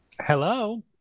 Hello